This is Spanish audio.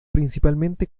principalmente